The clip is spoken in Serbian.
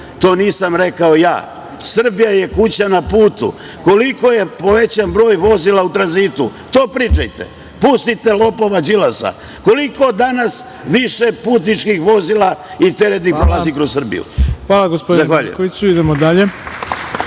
To nisam rekao ja. Srbija je kuća na putu. Koliko je povećan broj vozila u tranzitu? To pričajte. Pustite lopova Đilasa. Koliko danas više putničkih vozila i teretnih prolazi kroz Srbiju. Zahvaljujem. **Ivica Dačić** Reč ima